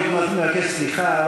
אני מבקש סליחה,